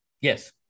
Yes